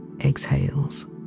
exhales